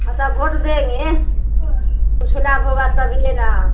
हाँ तो आप व्होट देंगे कुछ लाभ होगा तभी न